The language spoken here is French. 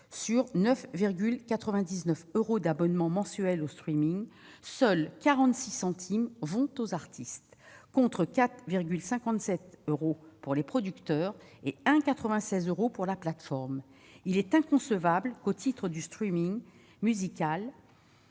sur 9,99 euros d'abonnement mensuel au, seulement 46 centimes vont aux artistes, contre 4,57 euros aux producteurs et 1,96 euro à la plateforme. Il est inconcevable que, au titre du musical,